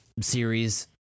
series